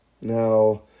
Now